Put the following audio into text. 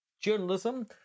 journalism